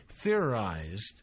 theorized